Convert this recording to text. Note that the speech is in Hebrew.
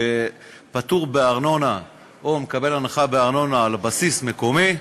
שפטור מארנונה או מקבל הנחה בארנונה על בסיס מקומי,